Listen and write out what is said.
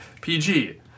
PG